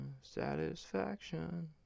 satisfaction